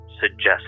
suggest